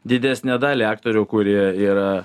didesnę dalį aktorių kurie yra